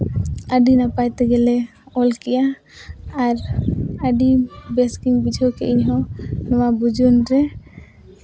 ᱟᱹᱰᱤ ᱱᱟᱯᱟᱭ ᱛᱮᱜᱮ ᱞᱮ ᱚᱞ ᱠᱮᱜᱼᱟ ᱟᱨ ᱟᱹᱰᱤ ᱵᱮᱥ ᱜᱤᱧ ᱵᱩᱡᱷᱟᱹᱣ ᱠᱮᱜᱼᱟ ᱤᱧᱦᱚᱸ ᱱᱚᱣᱟ ᱵᱩᱡᱩᱱ ᱨᱮ